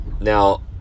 Now